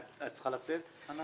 ענת, את צריכה לצאת?